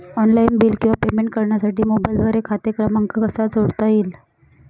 Online bill किंवा payment करण्यासाठी मोबाईलद्वारे खाते क्रमांक कसा जोडता येईल?